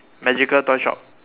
magical toy shop